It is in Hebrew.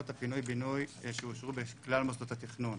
הפינוי-בינוי שאושרו בכלל מוסדות התכנון.